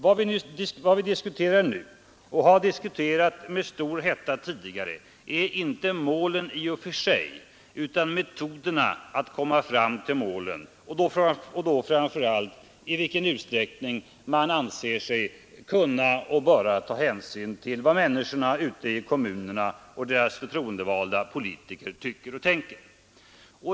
Vad vi diskuterar nu och har diskuterat med stor hetta tidigare är inte målen i och för sig utan metoderna att komma fram till målen och då framför allt i vilken utsträckning hänsyn kan och bör tas till vad människorna ute i kommunerna och deras förtroendevalda politiker tycker och tänker.